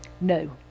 No